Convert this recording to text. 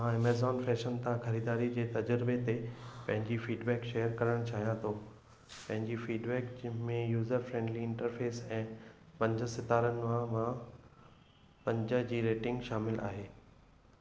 मां Amazon fashion तां ख़रीदारी जे तजुर्बे ते पंहिंजी फीडबैक शेयर करण चाहियां थो पंहिंजी फीडबैक में यूजर फ्रेंडली इंटरफेस ऐं पंज सितारनि मां पंज जी रेटिंग शामिलु आहे